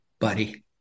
buddy